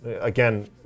Again